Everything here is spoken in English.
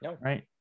right